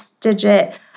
digit